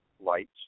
Lights